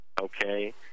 okay